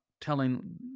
telling